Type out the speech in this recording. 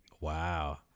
Wow